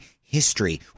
history